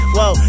Whoa